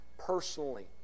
personally